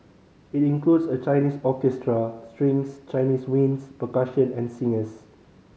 it includes a Chinese orchestra strings Chinese winds percussion and singers